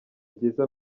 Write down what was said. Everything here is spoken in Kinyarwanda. byiza